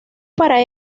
para